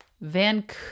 Vancouver